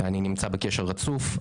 אני נמצא בקשר רצוף.